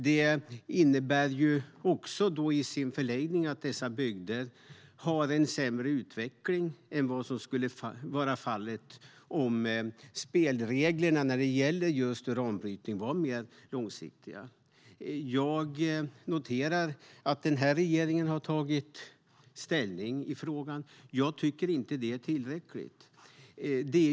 Det innebär också i sin förlängning att dessa bygder har en sämre utveckling än vad som skulle vara fallet om spelreglerna när det gäller just uranbrytning var mer långsiktiga. Jag noterar att den här regeringen har tagit ställning i frågan. Jag tycker inte att det är tillräckligt.